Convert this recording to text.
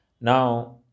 Now